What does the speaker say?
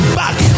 back